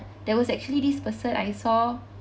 there was actually this person I saw